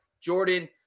Jordan